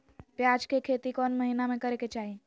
प्याज के खेती कौन महीना में करेके चाही?